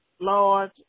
Lord